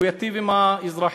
שהוא ייטיב עם האזרחים.